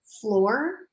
floor